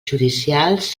judicials